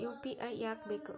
UPI ಯಾಕ್ ಬೇಕು?